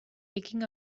thinking